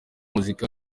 muzika